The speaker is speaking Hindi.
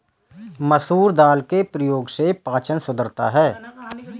मसूर दाल के प्रयोग से पाचन सुधरता है